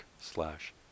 slash